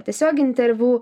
tiesiog interviu